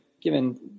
given